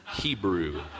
Hebrew